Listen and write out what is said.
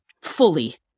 fully